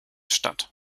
statt